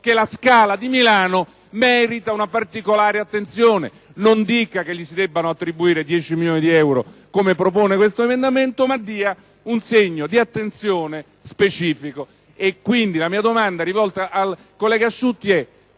alla Scala di Milano merita una particolare attenzione. Non dica che gli si debbano attribuire 10 milioni di euro, come propone questo emendamento, ma dia un segno di attenzione specifico. Quindi, la mia domanda rivolta al collega Asciutti è: